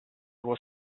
was